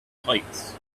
heights